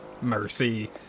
Mercy